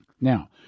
Now